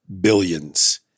Billions